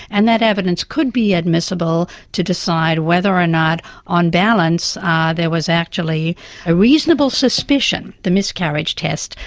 and that evidence could be admissible to decide whether or not on balance there was actually a reasonable suspicion, the miscarriage test,